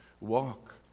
walk